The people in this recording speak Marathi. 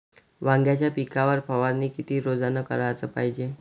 वांग्याच्या पिकावर फवारनी किती रोजानं कराच पायजे?